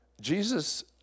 Jesus